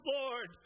Lord